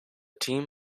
team